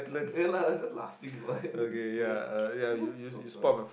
ya lah just laughing what uh oh sorry